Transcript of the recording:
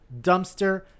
Dumpster